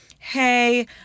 Hey